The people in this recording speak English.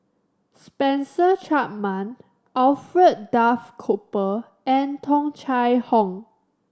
Spencer Chapman Alfred Duff Cooper and Tung Chye Hong